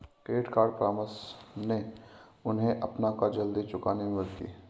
credit परामर्श ने उन्हें अपना कर्ज जल्दी चुकाने में मदद की